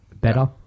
Better